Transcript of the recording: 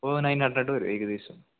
O nine hundred വരും ഏകദേശം